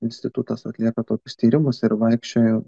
institutas atlieka tokius tyrimus ir vaikščioja